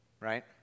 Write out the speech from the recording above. right